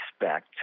expect